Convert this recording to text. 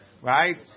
Right